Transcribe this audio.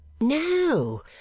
No